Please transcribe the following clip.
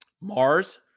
Mars